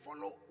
follow